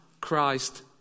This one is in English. Christ